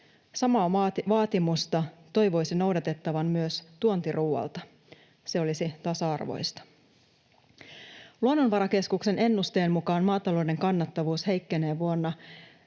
Samaa vaatimusta toivoisi noudatettavan myös tuontiruualta, se olisi tasa-arvoista. Luonnonvarakeskuksen ennusteen mukaan maatalouden kannattavuus heikkenee kuluvana